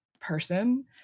person